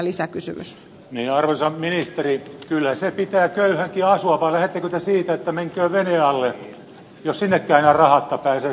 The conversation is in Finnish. niin arvoisa ministeri kyllä se pitää köyhänkin asua vai lähdettekö te siitä että menköön veneen alle jos sinnekään enää rahatta pääsee sinne sataman lähellekään